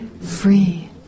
free